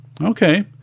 Okay